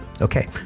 Okay